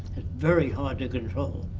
very hard to control.